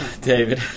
david